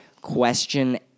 question